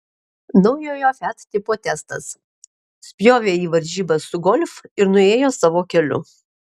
naujojo fiat tipo testas spjovė į varžybas su golf ir nuėjo savo keliu